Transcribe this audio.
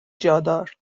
جادار